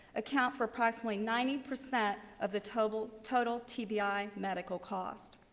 account for approximately ninety percent of the total total tbi medical costs.